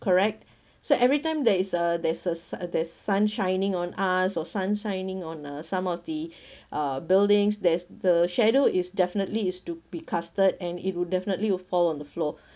correct so everytime there is a there's a sun there's shining on us or sun shining on uh some of the uh buildings there's the shadow is definitely is to be casted and it'll definitely will fall on the floor